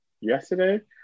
yesterday